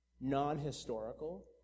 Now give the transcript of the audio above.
non-historical